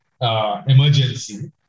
emergency